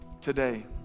today